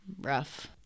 rough